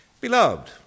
Beloved